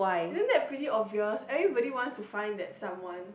you didn't that pretty obvious everybody wants to find that someone